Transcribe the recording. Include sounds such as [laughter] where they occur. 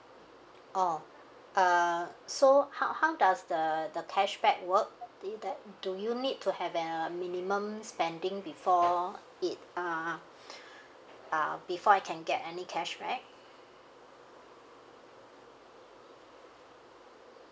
oh uh so how how does the the cashback work did that do you need to have an uh minimum spending before it uh [breath] uh before I can get any cashback